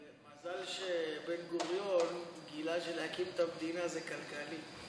מזל שבן-גוריון גילה שלהקים את המדינה זה כלכלי.